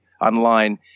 online –